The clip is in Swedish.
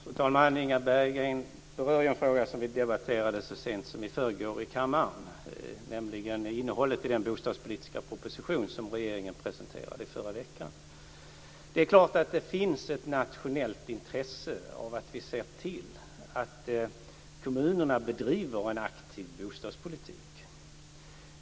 Fru talman! Inga Berggren berör en fråga som vi debatterade så sent som i förrgår i kammaren, nämligen innehållet i den bostadspolitiska proposition som regeringen presenterade i förra veckan. Det är klart att det finns ett nationellt intresse av att vi ser till att kommunerna bedriver en aktiv bostadspolitik.